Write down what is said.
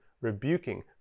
rebuking